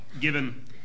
given